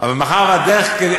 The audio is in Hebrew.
אבל מאחר שהדרך,